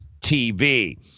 TV